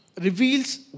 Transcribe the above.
reveals